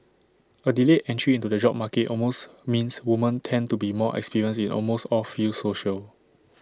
A delayed entry into the job market almost means women tend to be more experienced in almost all fields social